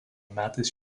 metais